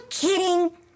kidding